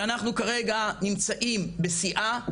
שאנחנו כרגע נמצאים בשיאה,